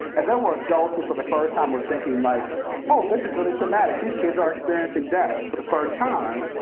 and there were adults who, for the first time, were thinking, like oh, this is really traumatic. these kids are experiencing death for the first time.